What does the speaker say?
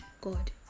god